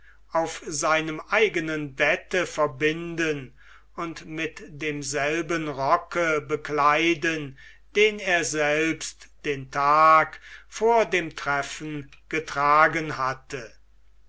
auf seinem eignen bette verbinden und mit demselben rocke bekleiden den er selbst den tag vor dem treffen getragen hatte